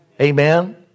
Amen